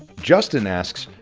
justin asks,